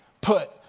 put